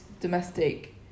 domestic